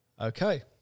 Okay